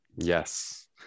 Yes